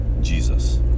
Jesus